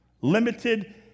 limited